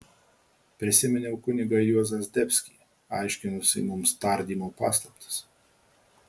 prisiminiau kunigą juozą zdebskį aiškinusį mums tardymo paslaptis